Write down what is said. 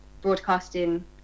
broadcasting